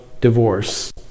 divorce